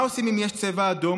מה עושים אם יש צבע אדום?